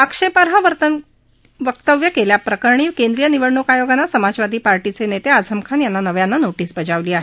आक्षेपार्ह वक्तव्य केल्याप्रकरणी केंद्रीय निवडणूक आयोगानं समाजवादी पार्टीचे नेते आझम खान यांना नव्यानं नोटीस बजावली आहे